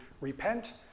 repent